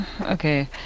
okay